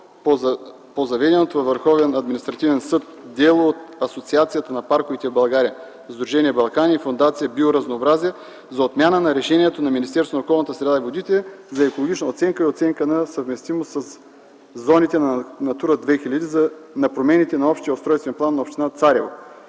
по заведеното във Върховния административен съд дело от Асоциацията на парковете в България, Сдружение „Балкани” и Фондация „Биоразнообразие” за отмяна на решението на Министерството на околната среда и водите за екологична оценка и оценка на съвместимост със зоните на „Натура 2000” за промените на общия устройствен план на община Царево.